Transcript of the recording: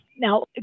Now